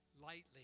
Lightly